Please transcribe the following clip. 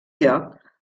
lloc